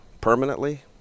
permanently